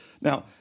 Now